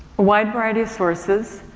wide variety of sources,